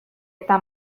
eta